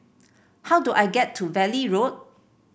how do I get to Valley Road